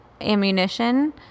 ammunition